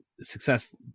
success